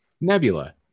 Nebula